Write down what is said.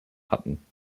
hatten